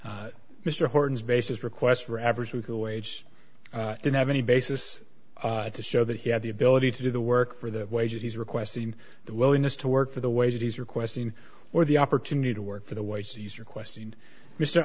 work mr horton's basis request for average weekly wage didn't have any basis to show that he had the ability to do the work for the wages he's requesting the willingness to work for the way that he's requesting or the opportunity to work for the way to use your question mr